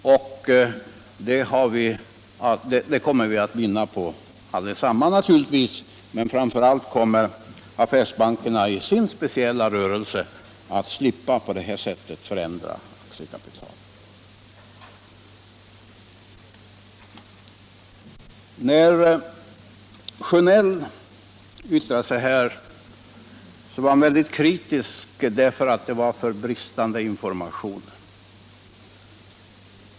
Det kommer vi naturligtvis att vinna på allesammans, men framför allt kommer affärsbankerna med den speciella rörelse de bedriver att slippa öka sitt aktiekapital. Herr Sjönell riktade kritik mot att informationen i detta fall skulle ha brustit.